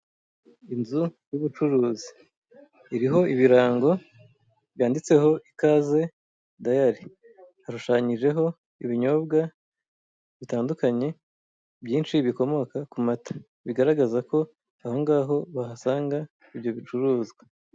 Inzu y'bucuruzi iriho ibirango byanditseho ikaze dayari hashushanyijeho ibinyobwa bitandukanye byinshi bikomoka ku mata bigaragaza ko aho ngaho wahasanga ibyo bicuruzwa.